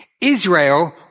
Israel